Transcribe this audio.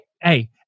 hey